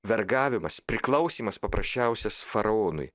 vergavimas priklausymas paprasčiausias faraonui